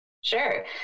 Sure